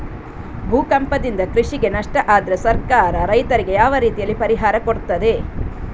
ಭೂಕಂಪದಿಂದ ಕೃಷಿಗೆ ನಷ್ಟ ಆದ್ರೆ ಸರ್ಕಾರ ರೈತರಿಗೆ ಯಾವ ರೀತಿಯಲ್ಲಿ ಪರಿಹಾರ ಕೊಡ್ತದೆ?